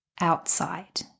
outside